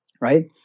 right